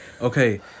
Okay